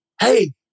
hey